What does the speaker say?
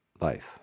life